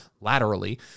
laterally